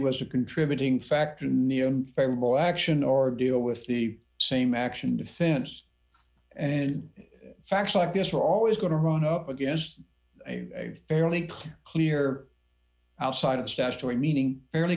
was a contributing factor near variable action or deal with the same action defense and factual i guess we're always going to run up against a fairly clear outside of statutory meaning fairly